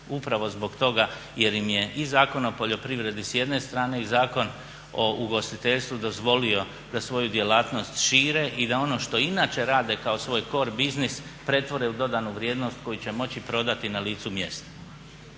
upravo zbog toga jer im je i Zakon o poljoprivredi s jedne strane i Zakon o ugostiteljstvu dozvolio da svoju djelatnost šire i da ono što inače rade kao svoj cor biznis pretvore u dodanu vrijednost koju će moći prodati na licu mjesta.